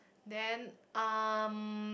then um